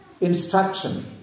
instruction